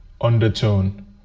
undertone